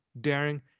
daring